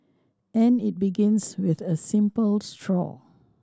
and it begins with a simple straw